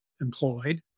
employed